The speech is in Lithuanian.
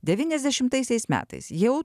devyniasdešimtaisiais metais jau